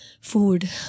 Food